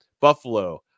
Buffalo